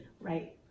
Right